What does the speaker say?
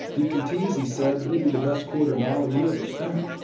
you can tease, he said, but it'll be the best quarter-dollar you ever spent.